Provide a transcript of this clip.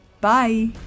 Bye